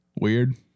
Weird